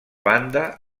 banda